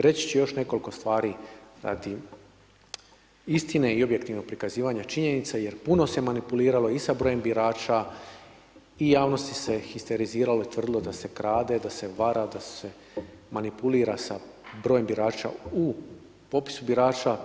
Reći ću još nekoliko stvari radi istine i objektivnog prikazivanja činjenica jer puno se manipuliralo i sa brojem birača, i javnosti se histeriziralo, tvrdilo da se krade, da se vara, da se manipulira sa brojem birača u popisu birača.